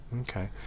Okay